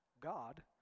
God